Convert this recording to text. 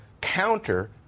counter